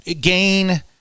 gain